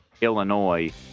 Illinois